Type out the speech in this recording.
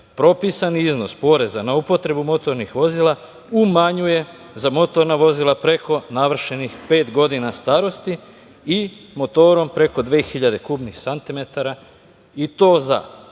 propisani iznos poreza na upotrebu motornih vozila umanjuje za motorna vozila preko navršenih pet godina starosti i motorom preko 2.000 kubnih santimetara i to za